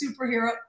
superhero